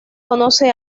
conoce